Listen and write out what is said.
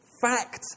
fact